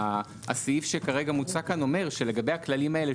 הסעיף שכרגע מוצע כאן אומר שלגבי הכללים האלה,